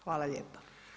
Hvala lijepa.